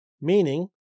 meaning